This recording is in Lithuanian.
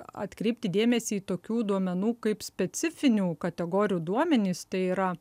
atkreipti dėmesį į tokių duomenų kaip specifinių kategorijų duomenys tai yra